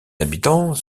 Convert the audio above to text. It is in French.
habitants